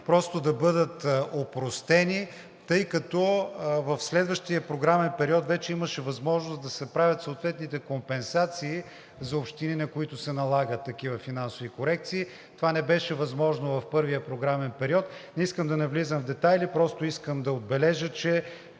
просто да бъдат опростени, тъй като в следващия програмен период вече имаше възможност да се правят съответните компенсации за общини, на които се налагат такива финансови корекции. Това не беше възможно в първия програмен период. Не искам да навлизам в детайли, просто искам да отбележа, че